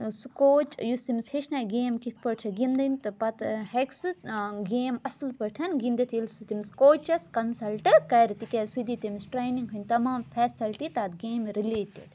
سُہ کوچ یُس تٔمِس ہیٚچھنایہ گیم کِتھ پٲٹھۍ چھِ گِنٛدٕنۍ تہٕ پَتہٕ ہیٚکہِ سُہ گیم اَصٕل پٲٹھۍ گِنٛدِتھ ییٚلہِ سُہ تٔمِس کوچَس کَنسَلٹ کَرِ تِکیٛازِ سُہ دِی تٔمِس ٹرٛینِنٛگ ہٕنٛدۍ تَمام فیسَلٹی تَتھ گیمہِ رِلیٹِڈ